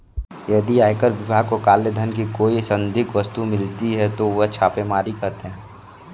यदि आयकर विभाग को काले धन की कोई संदिग्ध वस्तु मिलती है तो वे छापेमारी करते हैं